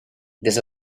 desde